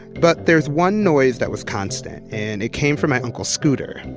but there's one noise that was constant and it came from my uncle scooter,